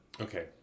Okay